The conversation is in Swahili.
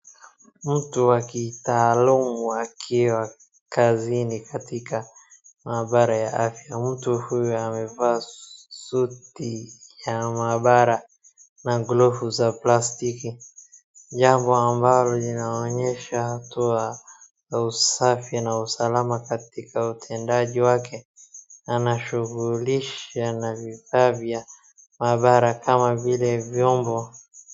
Mtu wa kitaalamu akiwa kazini katika maabara ya afya, mtu huyu amevaa suti ya maabara na glov za plastiki, jambo ambalo linaonyesha hatua ya usafi na usalama katika utendaji wake. Anashughulisha na vifaa vya maabara kama vile vyombo.